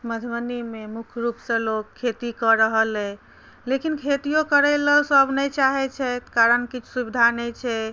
मधुबनीमे मुख्य रूपसँ लोक खेती कऽ रहल अछि लेकिन खेतियौ करैले सभ नहि चाहे छथि कारण किछु सुविधा नहि छै